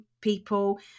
people